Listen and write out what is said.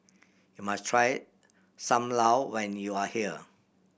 you must try Sam Lau when you are here